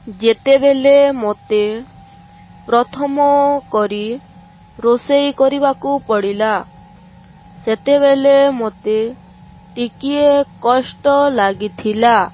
ଯେତେବେଲେ ମୋତେ ପ୍ରଥମ କରି ରୋଷେଇ କରିବାକୁ ପଡ଼ିଲା ସେତେବେଲେ ମୋତେ ଟିକିଏ କଷ୍ଟ ଲାଗିଥିଲା